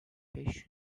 beş